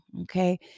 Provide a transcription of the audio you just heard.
Okay